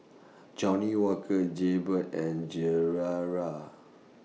Johnnie Walker Jaybird and